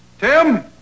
Tim